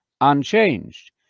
unchanged